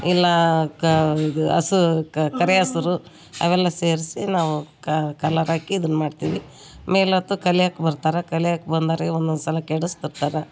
ಇಲ್ಲ ಕ ಅಸು ಕರಿ ಹಸುರು ಅವೆಲ್ಲ ಸೇರಿಸಿ ನಾವು ಕಲ್ಲರ್ ಹಾಕಿ ಇದನ್ ಮಾಡ್ತೀವಿ ಮೇಲತ್ತು ಕಲಿಯೋಕ್ ಬರ್ತಾರೆ ಕಲಿಯೋಕ್ ಬಂದೋರಿಗೆ ಒಂದೊಂದು ಸಲ ಕೆಡಿಸ್ತಿರ್ತಾರ